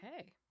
okay